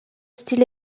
style